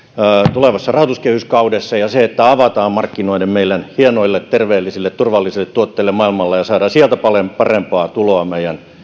tulevassa rahoituskehyskaudessa ja se että avataan markkinoita meidän hienoille terveellisille turvallisille tuotteille maailmalla ja saadaan sieltä paljon parempaa tuloa meidän